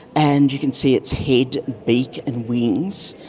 and you can see its head, beak and wings.